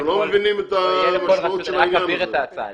אתם לא מבינים את המשמעות של העניין הזה.